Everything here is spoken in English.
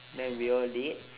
then we all did